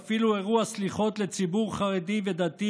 ואפילו אירוע סליחות לציבור חרדי ודתי,